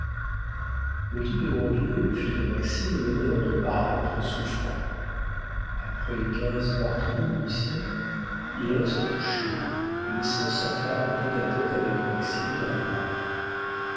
le duc de grandlieu fit à maxime l'honneur de paraître souffrant après quinze parties de whist il alla se coucher laissant sa femme en tête-à-tête avec maxime